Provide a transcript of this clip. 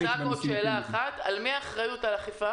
כל ההנחיות מופצות לכל הגורמים בכל המחוזות.